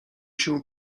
się